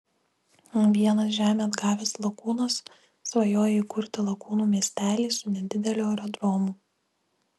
vienas žemę atgavęs lakūnas svajoja įkurti lakūnų miestelį su nedideliu aerodromu